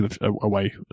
away